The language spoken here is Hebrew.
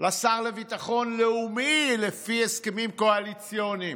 לשר לביטחון לאומי לפי הסכמים קואליציוניים.